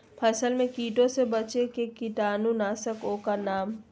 फसल में कीटों से बचे के कीटाणु नाशक ओं का नाम?